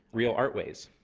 real art ways,